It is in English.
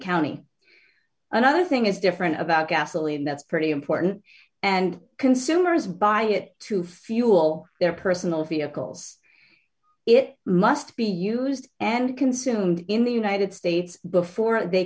county another thing is different about gasoline that's pretty important and consumers buy it to fuel their personal vehicles it must be used and consumed in the united states before they